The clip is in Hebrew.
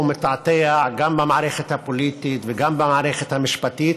מתעתע גם במערכת הפוליטית וגם במערכת המשפטית.